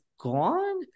gone